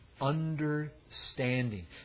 understanding